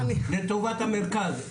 --- לטובת המרכז,